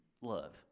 love